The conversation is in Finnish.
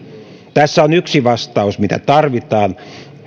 tässä on yksi vastaus mitä tarvitaan